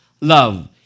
love